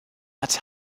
but